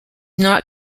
not